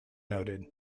noted